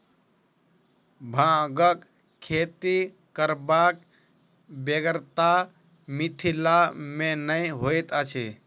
भांगक खेती करबाक बेगरता मिथिला मे नै होइत अछि